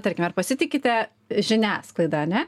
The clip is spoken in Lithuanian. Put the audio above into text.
tarkime ar pasitikite žiniasklaida ane